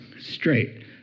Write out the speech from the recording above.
straight